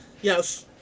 Yes